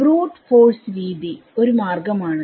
brute force രീതി ഒരു മാർഗം ആണ്